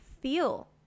feel